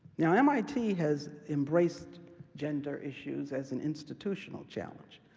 now, mit has embraced gender issues as an institutional challenge.